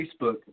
Facebook